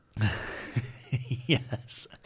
Yes